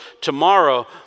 tomorrow